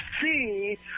see